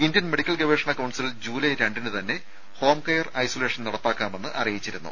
Indian medical ഗവേഷണ council July രണ്ടിന് തന്നെ ഹോം കെയർ ഐസൊലേഷൻ നടപ്പാക്കാമെന്ന് അറിയിച്ചിരുന്നു